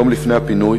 יום לפני הפינוי